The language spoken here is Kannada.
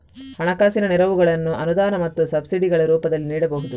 ಹಣಕಾಸಿನ ನೆರವುಗಳನ್ನು ಅನುದಾನ ಮತ್ತು ಸಬ್ಸಿಡಿಗಳ ರೂಪದಲ್ಲಿ ನೀಡಬಹುದು